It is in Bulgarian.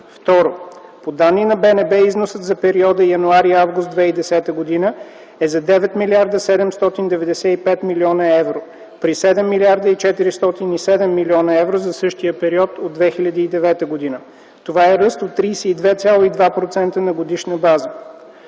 Второ, по данни на БНБ износът за периода януари – август 2010 г. е за 9 млрд. 795 млн. евро при 7 млрд. 407 млн. евро за същия период от 2009 г. Това е ръст от 32,2% на годишна база.